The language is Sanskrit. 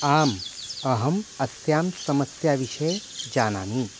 आम् अहम् अस्यां समस्यां विषये जानामि